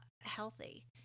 healthy